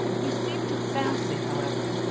he seemed to fancy, however,